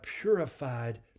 purified